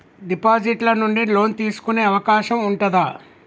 Deposit ల నుండి loan తీసుకునే అవకాశం ఉంటదా?